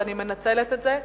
ואני מנצלת את זה,